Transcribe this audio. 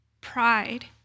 Pride